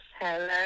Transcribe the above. Hello